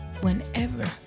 whenever